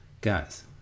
guys